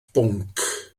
bwnc